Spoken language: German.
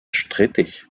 strittig